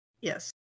Yes